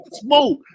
smoke